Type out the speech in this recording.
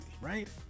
right